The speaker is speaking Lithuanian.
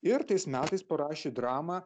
ir tais metais parašė dramą